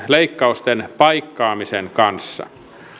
leikkausten paikkaamisen kanssa